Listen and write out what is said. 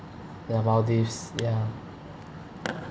ya maldives ya